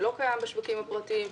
שלא קיים בשווקים הפרטיים,